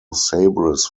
sabres